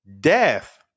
death